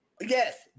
Yes